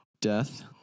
death